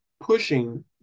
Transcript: pushing